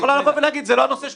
את יכולה לבוא ולהגיד זה לא הנושא ש